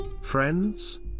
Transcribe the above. friends